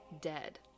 dead